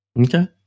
Okay